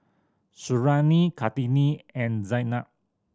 Suriani Kartini and Zaynab